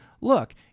look